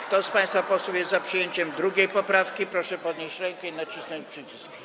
Kto z państwa posłów jest za przyjęciem 2. poprawki, proszę podnieść rękę i nacisnąć przycisk.